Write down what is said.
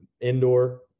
indoor